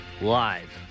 Live